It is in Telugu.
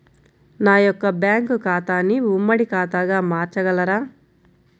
నా యొక్క బ్యాంకు ఖాతాని ఉమ్మడి ఖాతాగా మార్చగలరా?